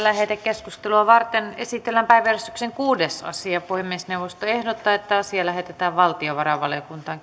lähetekeskustelua varten esitellään päiväjärjestyksen kuudes asia puhemiesneuvosto ehdottaa että asia lähetetään valtiovarainvaliokuntaan